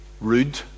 rude